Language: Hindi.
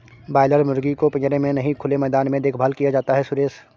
बॉयलर मुर्गी को पिंजरे में नहीं खुले मैदान में देखभाल किया जाता है सुरेश